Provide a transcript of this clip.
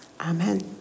Amen